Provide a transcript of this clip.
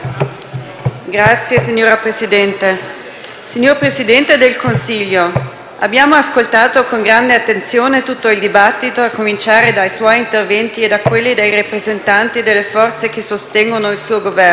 UV))*. Signor Presidente, signor Presidente del Consiglio, abbiamo ascoltato con grande attenzione tutto il dibattito, a cominciare dai suoi interventi e da quelli dei rappresentanti delle forze che sostengono il suo Governo.